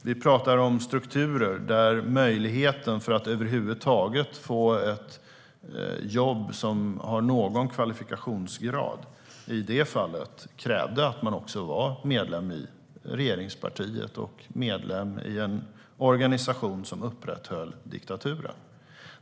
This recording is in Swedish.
Vi pratar om en struktur där möjligheten att över huvud taget få ett jobb med någon kvalifikationsgrad krävde att man var medlem i regeringspartiet och i en organisation som upprätthöll diktaturen.